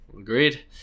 agreed